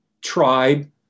tribe